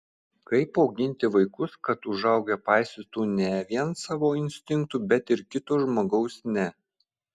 kaip auginti vaikus kad užaugę paisytų ne vien savo instinktų bet ir kito žmogaus ne